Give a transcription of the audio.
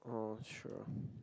oh true